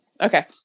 Okay